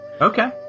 Okay